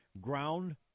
ground